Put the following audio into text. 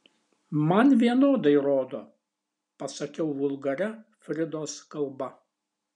man vienodai rodo pasakiau vulgaria fridos kalba